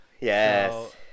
yes